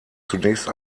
zunächst